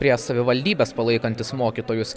prie savivaldybės palaikantis mokytojus